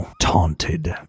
taunted